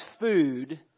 food